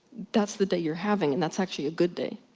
that's the day you're having and that's actually a good day.